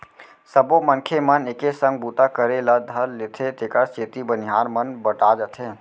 सबो मनखे मन एके संग बूता करे ल धर लेथें तेकर सेती बनिहार मन बँटा जाथें